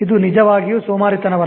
ಇದು ನಿಜವಾಗಿಯೂ ಸೋಮಾರಿತನವಲ್ಲ